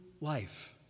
life